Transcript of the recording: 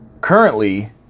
currently